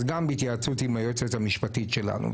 אז גם בהתייעצות עם היועצת המשפטית שלנו.